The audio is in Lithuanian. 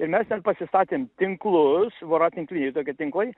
ir mes ten pasistatėm tinklus voratinkliniai tokie tinklai